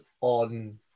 on